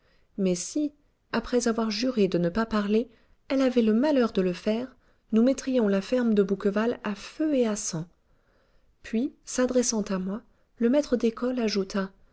mais si après avoir juré de ne pas parler elle avait le malheur de le faire nous mettrions la ferme de bouqueval à feu et à sang puis s'adressant à moi le maître d'école ajouta